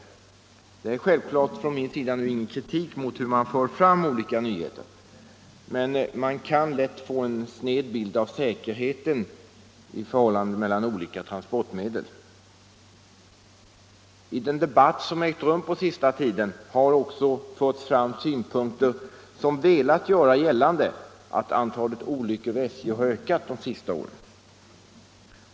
Vad jag nu har sagt skall givetvis inte uppfattas som någon krtik mot hur massmedia för fram olika nyheter, men man får lätt en sned bild av säkerheten i förhållandet mellan olika transportmedel. I den debatt som har ägt rum på senaste tiden har man också velat göra gällande att antalet olyckor vid SJ har ökat de senaste åren.